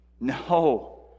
No